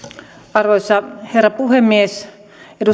arvoisa herra puhemies